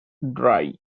dry